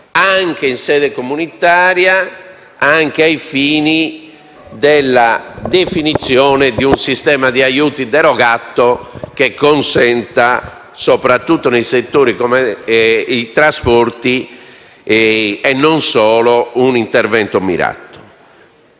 anche in sede comunitaria, anche ai fini della definizione di un sistema di aiuti derogato che consenta, soprattutto nei settori come i trasporti (e non solo) un intervento mirato.